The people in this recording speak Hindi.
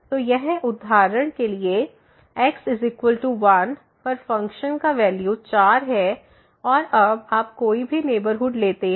तो यह उदाहरण के लिए है x 1 पर फ़ंक्शन का वैल्यू 4 है और अब आप कोई भी नेबरहुड लेते हैं